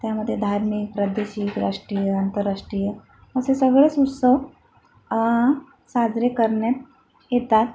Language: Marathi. त्यामध्ये धार्मिक प्रादेशिक राष्ट्रीय आंतरराष्ट्रीय असे सगळेच उत्सव साजरे करण्यात येतात